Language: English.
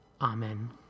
Amen